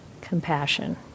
compassion